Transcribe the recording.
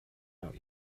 out